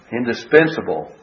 indispensable